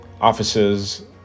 offices